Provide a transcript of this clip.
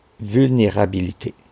vulnérabilité